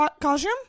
costume